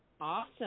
Awesome